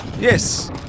Yes